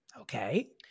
Okay